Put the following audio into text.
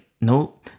No